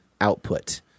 output